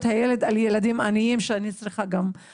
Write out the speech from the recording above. הילד על ילדים עניים שאני צריכה גם להיות שם.